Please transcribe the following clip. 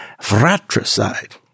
fratricide